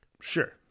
sure